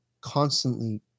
constantly